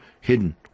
hidden